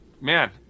Man